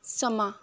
ਸਮਾਂ